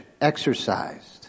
exercised